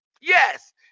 Yes